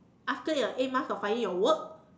after your eight months of finding your work